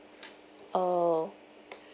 oh